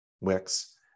Wix